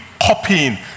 copying